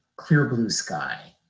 clear blue sky.